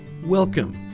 Welcome